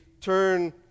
turn